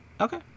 Okay